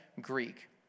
Greek